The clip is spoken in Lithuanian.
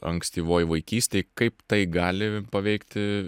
ankstyvoj vaikystėj kaip tai gali paveikti